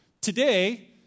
Today